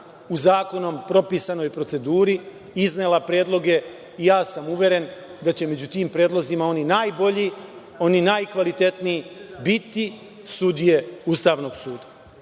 u zakonom propisanoj proceduri iznela predloge i ja sam uveren da će među tim predlozima oni najbolji, oni najkvalitetniji biti sudije Ustavnog suda. Što